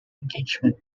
engagement